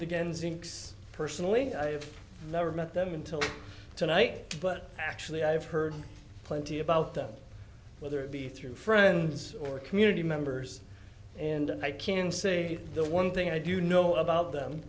zincs personally i've never met them until tonight but actually i've heard plenty about them whether it be through friends or community members and i can say the one thing i do know about them